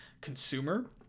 consumer